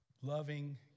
loving